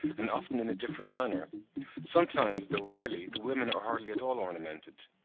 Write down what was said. and often in a different manner sometimes, though rarely, the women are hardly at all ornamented.